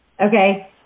Okay